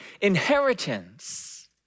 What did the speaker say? inheritance